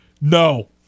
No